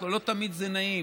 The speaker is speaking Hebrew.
לא תמיד זה נעים.